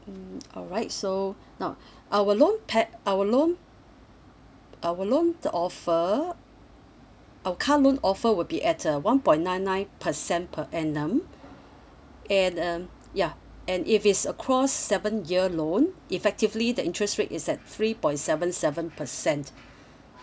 mm alright so now our loan pe~ our loan our loan offer our car loan offer would be at a one point nine nine per cent per annum and um ya and if it's across seven year loan effectively the interest rate is at three point seven seven per cent